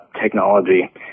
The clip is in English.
technology